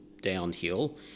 downhill